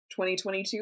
2022